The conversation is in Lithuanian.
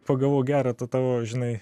pagavau gerą tą tavo žinai